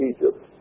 Egypt